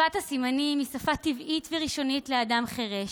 שפת הסימנים היא שפה טבעית וראשונית לאדם חירש.